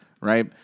right